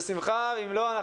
בשמחה; אם לא,